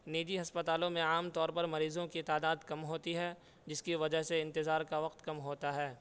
نجی ہسپتالوں میں عام طور پر مریضوں کی تعداد کم ہوتی ہے جس کی وجہ سے انتظار کا وقت کم ہوتا ہے